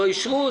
לא אישרו.